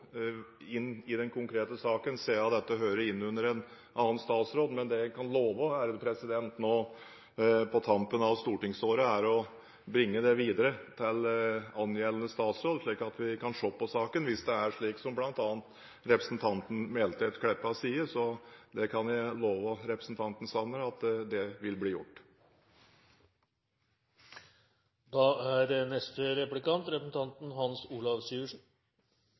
inn i den konkrete saken, siden dette hører inn under en annen statsråd. Men det jeg kan love nå på tampen av stortingsåret, er å bringe det videre til angjeldende statsråd, slik at vi kan se på saken, hvis det er slik bl.a. representanten Meltveit Kleppa sier. Så jeg kan love representanten Sanner at det vil bli gjort. Jeg har forståelse for at statsråden ikke kan ta det på sparket. Men for dem som er